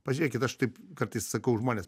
pažiūrėkit aš taip kartais sakau žmonės